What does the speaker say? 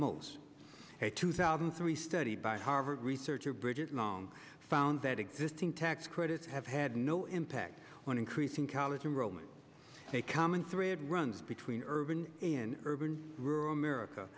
most a two thousand and three study by harvard researcher bridget naam found that existing tax credits have had no impact on increasing college enrollment a common thread runs between urban in urban rural america